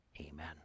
amen